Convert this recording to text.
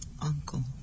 uncle